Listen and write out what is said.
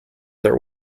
their